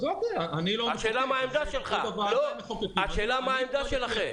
השאלה מה תהיה העמדה שלכם.